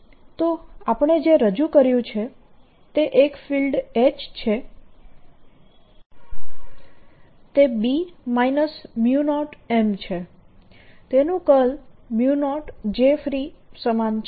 0 jfree HB 0M તો આપણે જે રજૂ કર્યું છે તે એક ફીલ્ડ H છે જે B 0M છે જેનું કર્લ 0 jfree સમાન છે